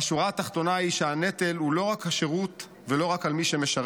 והשורה התחתונה היא שהנטל הוא לא רק השירות ולא רק על מי שמשרת.